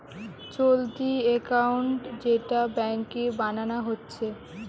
চলতি একাউন্ট যেটা ব্যাংকে বানানা হচ্ছে